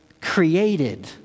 created